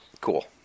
Cool